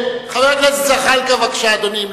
חבר הכנסת זחאלקה, בבקשה, אדוני,